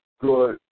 good